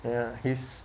ya he's